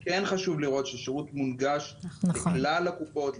כן חשוב לראות ששירות מונגש לכלל הקופות,